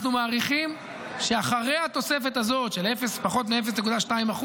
אנחנו מעריכים שאחרי התוספת הזאת של פחות מ-0.2%